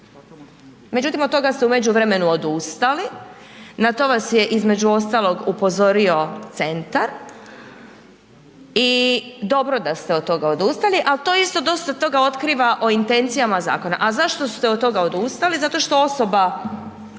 Međutim od toga ste u međuvremenu odustali, na to vas je između ostalog upozorio centar i dobro da ste od tog odustali ali to isto dosta toga otkiva o intencijama zakona a zašto ste od toga odustali? Zato što osoba